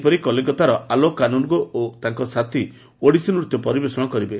ସେହିପରି କଲିକତାର ଆଲୋକ କାନୁନ୍ଗୋ ଏବଂ ସାଥୀ ଓଡ଼ିଶୀ ନତ୍ୟ ପରିବେଷଣ କରିବେ